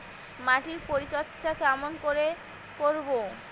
মাটির পরিচর্যা কেমন করে করব?